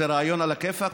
זה רעיון עלא כיפאק,